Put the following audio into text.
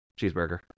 cheeseburger